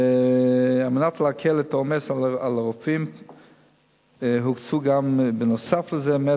ועל מנת להקל את העומס על הרופאים הוקצו גם בנוסף לזה 190